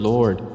Lord